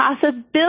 possibility